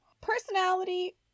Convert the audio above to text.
Personality